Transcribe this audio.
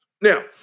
Now